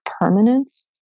permanence